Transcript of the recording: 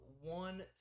one